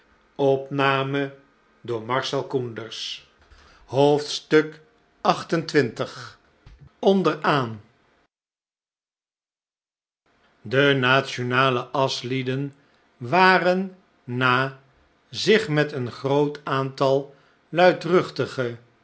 xxviii onderaan de nationale aschlieden waren na zich met een groot aantal luidruchtige